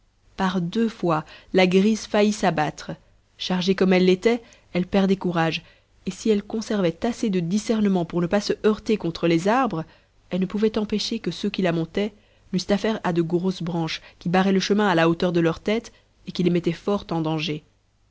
par deux fois la grise faillit s'abattre chargée comme elle l'était elle perdait courage et si elle conservait assez de discernement pour ne pas se heurter contre les arbres elle ne pouvait empêcher que ceux qui la montaient n'eussent affaire à de grosses branches qui barraient le chemin à la hauteur de leurs têtes et qui les mettaient fort en danger